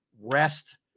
rest